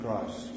Christ